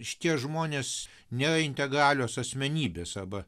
šitie žmonės nėra integralios asmenybės arba